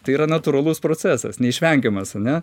tai yra natūralus procesas neišvengiamas ane